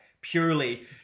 purely